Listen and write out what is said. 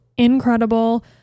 incredible